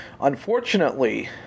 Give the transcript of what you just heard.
unfortunately